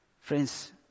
Friends